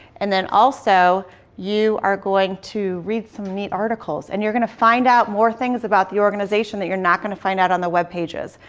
and then also you are going to read some neat articles and you're going to find out more things about the organization that you're not going to find out on the web pages.